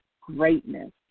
greatness